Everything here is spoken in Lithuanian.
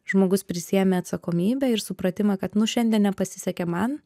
žmogus prisiėmė atsakomybę ir supratimą kad nu šiandien nepasisekė man